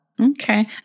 Okay